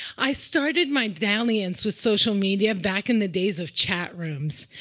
i started my dalliance with social media back in the days of chat rooms.